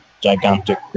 gigantic